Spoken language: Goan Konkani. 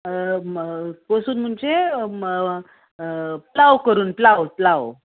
कसून म्हणचे प्लाव करून प्लाव प्लाव